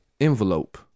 envelope